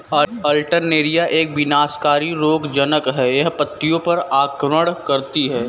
Alternaria एक विनाशकारी रोगज़नक़ है, यह पत्तियों पर आक्रमण करती है